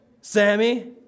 Sammy